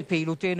פעילותנו,